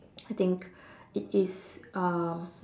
I think it is um